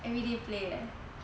everyday play eh